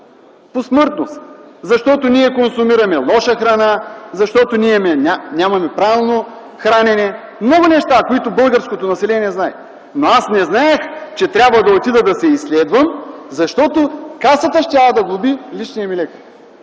по смъртност, защото ние консумираме лоша храна, защото нямаме правилно хранене – много неща, които българското население знае. Но не знаех, че трябва да отида да се изследвам, защото Касата щяла да глоби личния ми лекар!